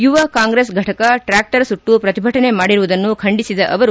ಯುವ ಕಾಂಗ್ರೆಸ್ ಘಟಕ ಟ್ರಾಕ್ಷರ್ ಸುಟ್ಲು ಪ್ರತಿಭಟನೆ ಮಾಡಿರುವುದನ್ನು ಖಂಡಿಸಿದ ಅವರು